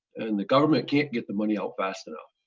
and the government can't get the money out fast enough